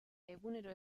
egunero